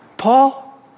Paul